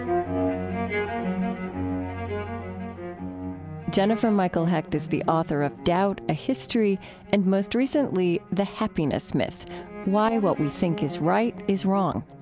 um jennifer michael hecht is the author of doubt a history and, most recently, the happiness myth why what we think is right is wrong.